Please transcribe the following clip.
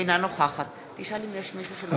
אינה נוכחת רבותי,